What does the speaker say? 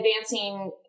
advancing